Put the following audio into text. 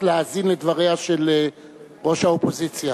להאזין לדבריה של ראש האופוזיציה.